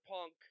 punk